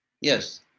Yes